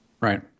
Right